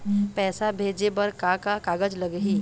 पैसा भेजे बर का का कागज लगही?